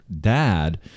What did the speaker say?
dad